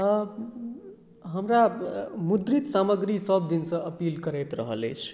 हमरा मुद्रित सामग्री सभ दिन सऽ अपील करैत रहल अछि